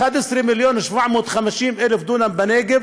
יש 11,750,000 דונם בנגב,